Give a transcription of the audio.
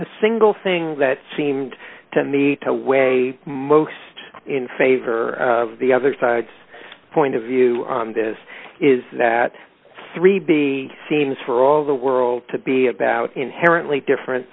single thing that seemed to me to weigh most in favor of the other side's point of view on this is that three b seems for all the world to be about inherently different